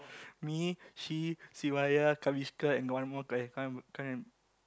me she Sivaya Kaviska and got one more guy can't remember can't remem~